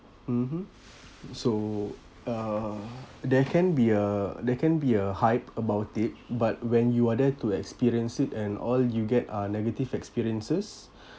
mmhmm so uh there can be a there can be a hype about it but when you are there to experience it and all you get are negative experiences